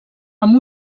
amb